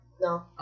No